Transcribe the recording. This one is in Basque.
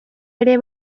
ere